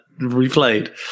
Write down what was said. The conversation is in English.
Replayed